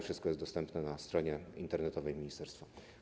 Wszystko jest dostępne na stronie internetowej ministerstwa.